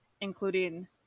including